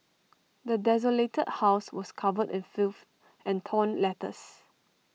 the desolated house was covered in filth and torn letters